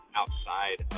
outside